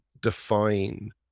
define